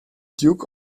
duke